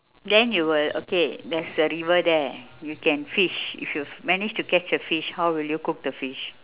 then you will okay there's a river there you can fish if you manage to catch a fish how will you cook the fish